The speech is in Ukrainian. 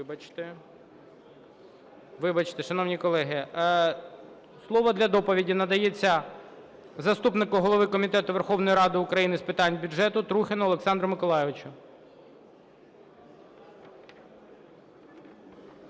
вибачте. Шановні колеги, слово для доповіді надається заступнику голови Комітету Верховної Ради з питань бюджету Трухіну Олександру Миколайовичу.